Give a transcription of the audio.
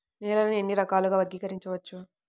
నేలని ఎన్ని రకాలుగా వర్గీకరించవచ్చు?